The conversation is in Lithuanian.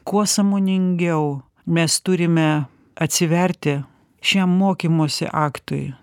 kuo sąmoningiau mes turime atsiverti šiam mokymosi aktui